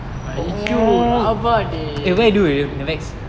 ஐயோ:aiyoo rava டே:de